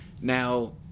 Now